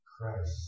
Christ